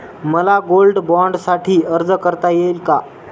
मला गोल्ड बाँडसाठी अर्ज करता येईल का?